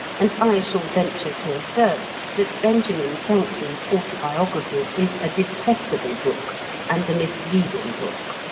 and i shall venture to assert that benjamin franklin's autobiography is a detestable book and a misleading book.